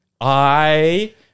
I-